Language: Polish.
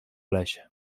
lesie